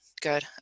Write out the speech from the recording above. Good